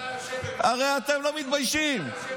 הרי אתם לא מתביישים.